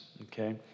Okay